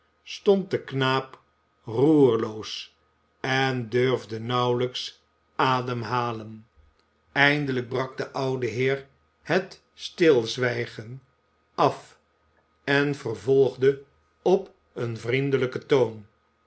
stond de knaap roerloos en durfde nauwelijks ademhalen eindelijk brak de oude heer het stilzwijgen af en vervolgde op een vriendelijken toon